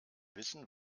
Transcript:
wissen